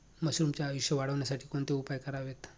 मशरुमचे आयुष्य वाढवण्यासाठी कोणते उपाय करावेत?